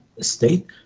state